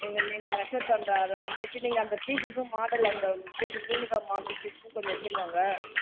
நீங்கள் நீங்கள் மெஷர் பண்ணுற அதை அன்றைக்கி நீங்கள் அந்த பீஸஸும் மாடல் அந்த பீஸஸ் யூனிஃபார்ம் மாடல் பீஸஸும் கொஞ்சம் எடுத்துகினு வாங்க